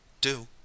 do